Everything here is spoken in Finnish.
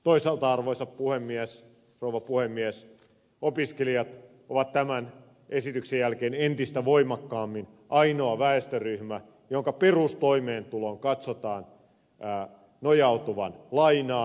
toisaalta arvoisa rouva puhemies opiskelijat ovat tämän esityksen jälkeen entistä voimakkaammin ainoa väestöryhmä jonka perustoimeentulon katsotaan nojautuvan lainaan